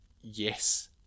yes